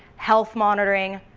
health monitoring,